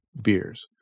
beers